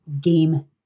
game